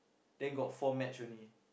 then got four match only